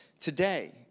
today